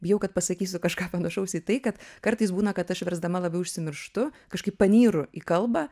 bijau kad pasakysiu kažką panašaus į tai kad kartais būna kad aš versdama labiau užsimirštu kažkaip panyru į kalbą